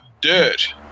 dirt